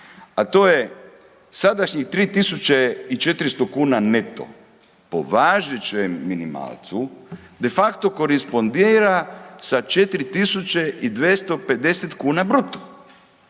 a to je sadašnjih 3.400 kuna neto po važećem minimalcu de facto korespondira sa 4.250 kuna bruto,